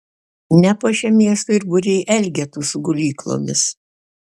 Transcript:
nepuošia miesto ir būriai elgetų su gulyklomis